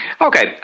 okay